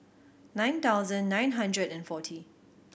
nine thousand nine hundred and forty